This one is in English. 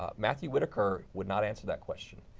ah matthew whitaker would not answer that question.